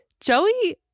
Joey